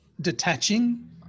detaching